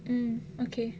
mm okay